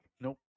Nope